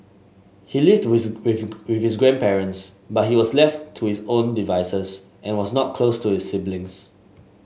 he lived with with with his grandparents but he was left to his own devices and was not close to his siblings